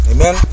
Amen